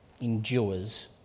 endures